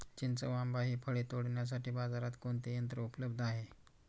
चिंच व आंबा हि फळे तोडण्यासाठी बाजारात कोणते यंत्र उपलब्ध आहे?